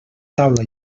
taula